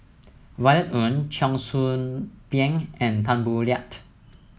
Violet Oon Cheong Soo Pieng and Tan Boo Liat